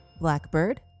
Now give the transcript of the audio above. Blackbird